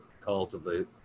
cultivate